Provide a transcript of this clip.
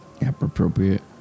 Appropriate